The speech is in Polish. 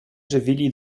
żywili